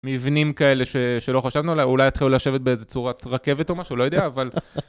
מבנים כאלה שלא חשבנו, אולי התחילו לשבת באיזו צורת רכבת או משהו, לא יודע, אבל...